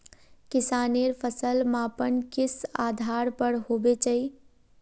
किसानेर फसल मापन किस आधार पर होबे चही?